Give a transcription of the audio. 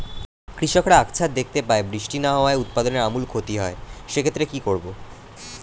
কৃষকরা আকছার দেখতে পায় বৃষ্টি না হওয়ায় উৎপাদনের আমূল ক্ষতি হয়, সে ক্ষেত্রে কি করব?